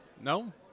No